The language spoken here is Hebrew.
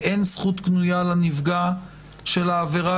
ואין זכות קנויה לנפגע של העבירה,